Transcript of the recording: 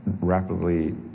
rapidly